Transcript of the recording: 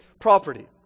property